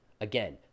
Again